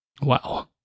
Wow